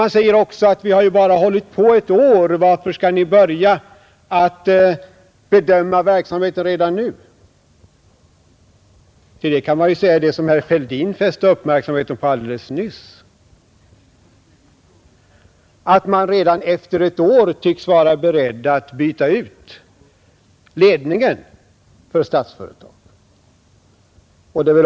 Man har också sagt, att vi har ju bara hållit på ett år; varför skall ni börja bedöma verksamheten redan nu3 till det kan man ju säga vad herr Fälldin alldeles nyss fäste uppmärksamheten på, att man redan efter ett år tycks vara beredd att byta ut ledningen för Statsföretag.